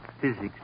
Physics